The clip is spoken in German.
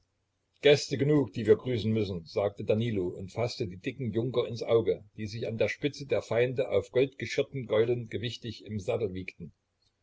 gäste genug die wir grüßen müssen sagte danilo und faßte die dicken junker ins auge die sich an der spitze der feinde auf goldgeschirrten gäulen gewichtig im sattel wiegten